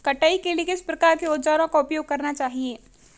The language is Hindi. कटाई के लिए किस प्रकार के औज़ारों का उपयोग करना चाहिए?